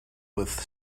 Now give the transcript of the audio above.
with